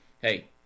hey